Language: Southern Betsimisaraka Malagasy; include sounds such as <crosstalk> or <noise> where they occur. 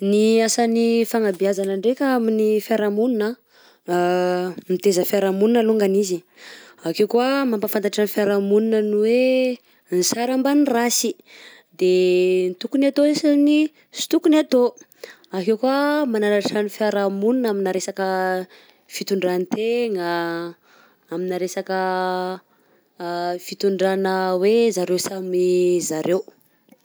Ny asan'ny fagnabeazana ndraika amin'ny fiarahamonina: <hesitation> mitaiza fiarahamonina izy alongany, de ake koa mampafantatra ny fiarahamonina ny hoe ny sara mban'ny rasy de tokony atao sy ny sy tokony atao akeo koa magnanatra ny fiarahamonina amina resaka <hesitation> fitondrantegna, amina resaka <hesitation> fitondrana hoe zareo samy zareo.